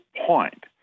point